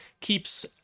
keeps